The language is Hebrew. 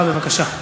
בבקשה.